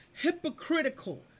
Hypocritical